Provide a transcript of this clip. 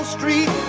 Street